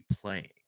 playing